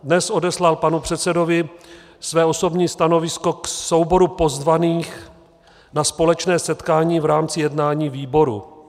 Dnes jsem odeslal panu předsedovi své osobní stanovisko k souboru pozvaných na společné setkání v rámci jednání výboru.